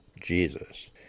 Jesus